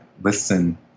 listen